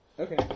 Okay